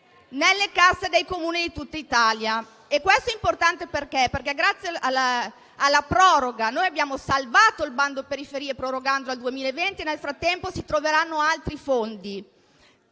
nelle casse dei Comuni di tutta Italia. Questo è importante perché, grazie alla proroga, noi abbiamo salvato il bando periferie prorogandolo al 2020 e nel frattempo si troveranno altri fondi;